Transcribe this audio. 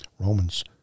Romans